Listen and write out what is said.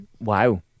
Wow